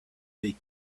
they